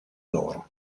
loro